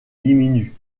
diminuent